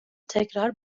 tekrar